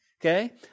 okay